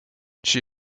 she